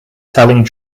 telling